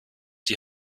die